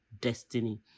destiny